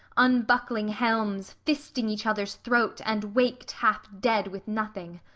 unbuckling helms, fisting each other's throat, and wak'd half dead with nothing.